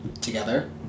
together